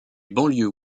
banlieues